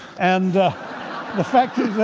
and the fact is